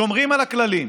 שומרים על הכללים,